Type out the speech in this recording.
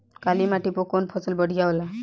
काली माटी पर कउन फसल बढ़िया होला?